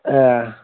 এৰা